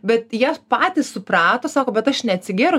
bet jie patys suprato sako bet aš neatsigėriau